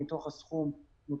מתוך הסכום נוצל,